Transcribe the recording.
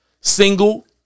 single